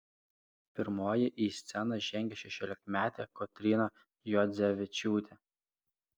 pirmoji į sceną žengė šešiolikmetė kotryna juodzevičiūtė